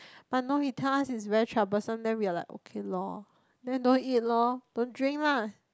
but no he tell us it's very troublesome then we are like okay lor then don't eat lor don't drink lah